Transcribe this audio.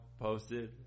posted